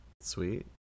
Sweet